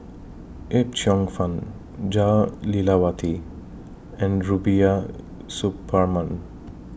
Yip Cheong Fun Jah Lelawati and Rubiah Suparman